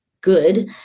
good